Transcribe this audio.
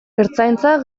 ertzaintza